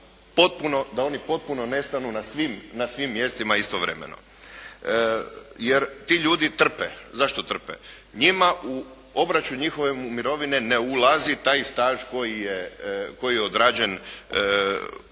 da oni potpuno nestanu na svim mjestima istovremeno. Jer ti ljudi trpe. Zašto trpe? Njima u obračun njihove mirovine ne ulazi taj staž koji je odrađen u pojedinim